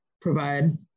provide